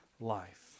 life